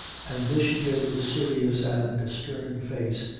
and this she did with a serious and stern face,